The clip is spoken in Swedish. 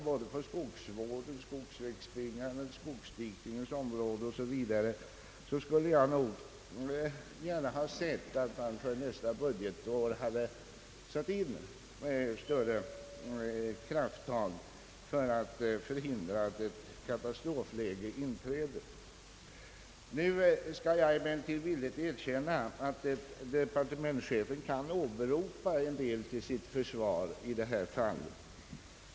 Både på skogsvårdens, skogsvägsbyggandets, skogsdikningens m.fl. områden skulle jag gärna ha sett att man för nästa budgetår satt in större krafttag för att förhindra att ett katastrofläge inträder. Nu skall jag emellertid villigt erkänna att departementschefen kan åberopa en del till sitt försvar i detta fall.